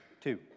two